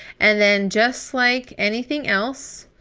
and then just like anything else,